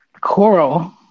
Coral